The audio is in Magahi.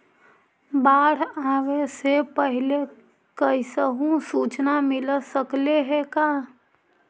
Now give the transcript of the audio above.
बाढ़ आवे से पहले कैसहु सुचना मिल सकले हे का?